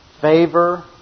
favor